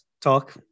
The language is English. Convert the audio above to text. talk